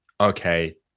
okay